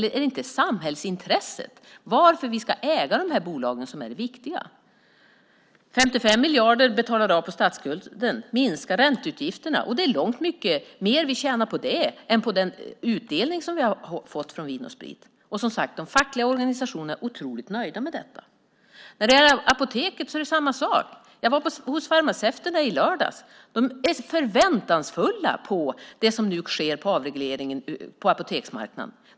Är det inte samhällsintresset, varför vi ska äga de här bolagen, som är det viktiga? Vi betalar av 55 miljarder på statsskulden. Det minskar ränteutgifterna. Vi tjänar långt mycket mer på det än på den utdelning som vi har fått från Vin & Sprit. De fackliga organisationerna är otroligt nöjda med detta. Det är samma sak när det gäller Apoteket. Jag var hos farmaceuterna i lördags. De är förväntansfulla inför det som nu sker när det gäller avregleringen av apoteksmarknaden.